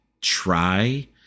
try